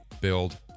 build